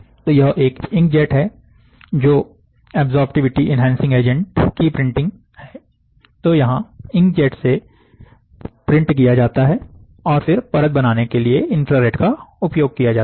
तो यह एक इंकजेट है जो अब्जॉर्प्टिविटी एनहांसिंग एजेंट की प्रिंटिंग है तो यहां इंकजेट से मुद्रित किया जाता है और फिर परत बनाने के लिए इन्फ्रारेड का उपयोग किया जाता है